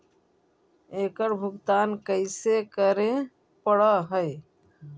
एकड़ भुगतान कैसे करे पड़हई?